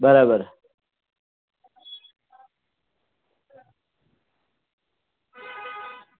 બરાબર